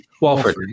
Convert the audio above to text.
Walford